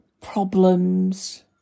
problems